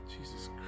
Jesus